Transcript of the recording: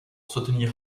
soutenir